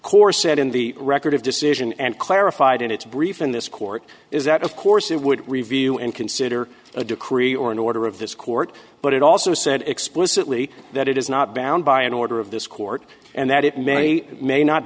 said in the record of decision and clarified in its brief in this court is that of course it would review and consider a decree or an order of this court but it also said explicitly that it is not bound by an order of this court and that it may or may not